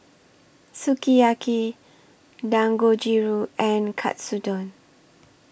Sukiyaki Dangojiru and Katsudon